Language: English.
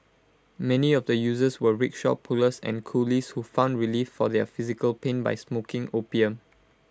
many of the users were rickshaw pullers and coolies who found relief for their physical pain by smoking opium